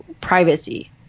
privacy